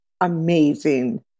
amazing